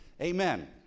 Amen